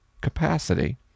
capacity